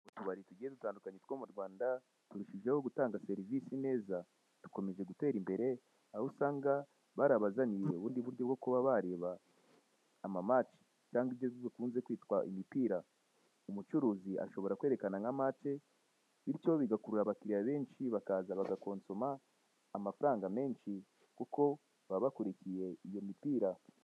Utubari tugiye dutandukanye mu Rwanda turushijeho gutanga serivise neza. Dukomeje gutera imbere, aho usanga barabazaniye ubundi buryo bwo kuba bareba ama mace cyangwa ibyo bikunze kwitwa imipira. Umucuruzi ashobora kwerekana nka mace bityo bigakurura abakiriya benshi bakaza bagakonsoma amafaranga menshi kuko baba bakurikiye iyo mipira.